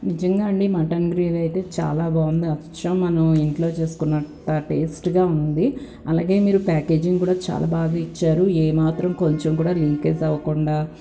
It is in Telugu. నిజంగా అండి మటన్ గ్రేవీ అయితే చాలా బాగుంది అచ్చం మనం ఇంట్లో చేసుకున్నంత టేస్ట్గా ఉంది అలాగే మీరు ప్యాకేజింగ్ కూడా చాలా బాగా ఇచ్చారు ఏ మాత్రం కొంచెం కూడా లీకేజ్ అవ్వకుండా